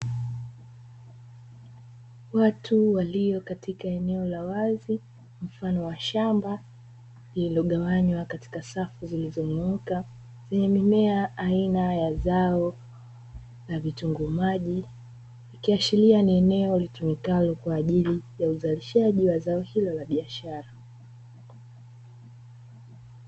Watu walio katika eneo la wazi mfano wa shamba lililogawanywa kwatika safu zilizonyooka lenye mimema aina ya zao la vitunguu maji, ikiashiria ni eneo litumikalo kwaajili ya uzalishaji wa zao hilo la biashara.